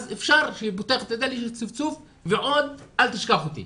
אז אפשר שכשאתה פותח את הדלת יש צפצוף ועוד 'אל תשכח אותי'.